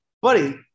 Buddy